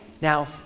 now